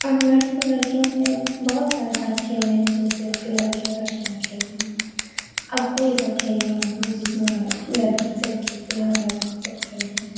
अब लड़कियों में बहुत सारे ऐसा खेल हैं जो सिर्फ लड़के लड़कियाँ खेलती अब कोई ऐसा खेल नहीं है जिसमें लड़कियाँ सिर्फ खेलती हैं और लड़कों सिर्फ खेलते हैं